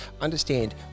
Understand